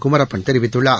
குமரப்பன் தெரிவித்துள்ளார்